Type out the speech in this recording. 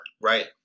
Right